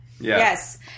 Yes